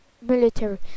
military